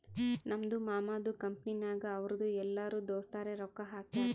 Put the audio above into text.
ನಮ್ದು ಮಾಮದು ಕಂಪನಿನಾಗ್ ಅವ್ರದು ಎಲ್ಲರೂ ದೋಸ್ತರೆ ರೊಕ್ಕಾ ಹಾಕ್ಯಾರ್